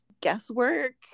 guesswork